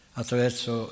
attraverso